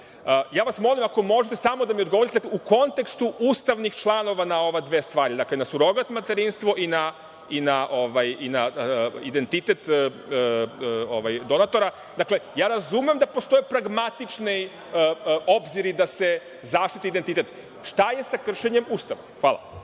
vas, ako možete samo da mi odgovorite – u kom kontekstu ustavnih članova na ove dve stvar, na surogat materinstvo i na identitet donatora? Razumem da postoje pragmatični obziri da se zaštiti identitet. Šta je sa kršenjem Ustava? Hvala.